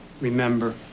Remember